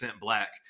black